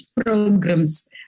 programs